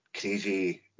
crazy